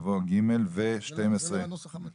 זה הנוסח המתוקן.